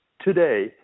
today